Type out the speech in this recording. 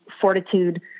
fortitude